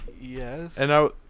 Yes